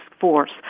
force